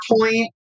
point